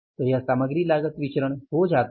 तो यह सामग्री लागत विचरण हो जाता है